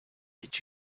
did